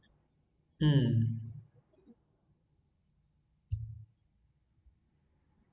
um